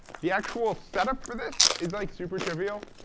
the actual setup for this is like super trivial.